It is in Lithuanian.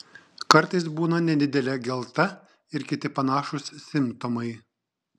kartais būna nedidelė gelta ir kiti panašūs simptomai